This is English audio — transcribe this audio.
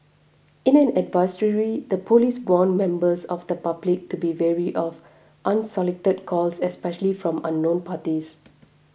in an advisory the police warned members of the public to be wary of unsolicited calls especially from unknown parties